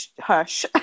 hush